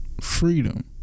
freedom